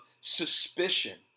suspicion